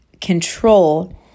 control